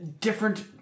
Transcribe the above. different